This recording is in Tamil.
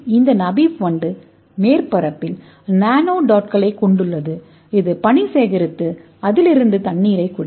இந்த நமீப் வண்டு மேற்பரப்பில் நானோடோட்களைக் கொண்டுள்ளது இது பனி சேகரித்து அதிலிருந்து தண்ணீரைக் குடிக்கும்